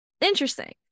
interesting